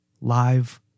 live